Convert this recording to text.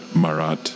Marat